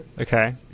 Okay